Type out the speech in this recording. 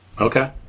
Okay